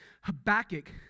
Habakkuk